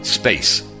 Space